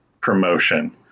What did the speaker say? promotion